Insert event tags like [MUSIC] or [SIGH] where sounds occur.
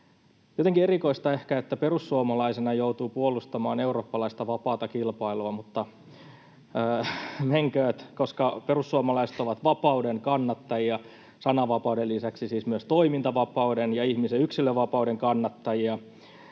jotenkin erikoista, että perussuomalaisena joutuu puolustamaan eurooppalaista vapaata kilpailua, [LAUGHS] mutta menkööt, koska perussuomalaiset ovat vapauden kannattajia, sananvapauden lisäksi siis myös toimintavapauden ja ihmisen yksilönvapauden kannattajia.